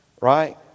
right